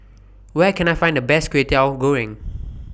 Where Can I Find The Best Kway Teow Goreng